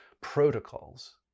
protocols